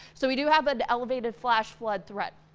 so we do have an elevated flash flood threat.